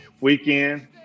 weekend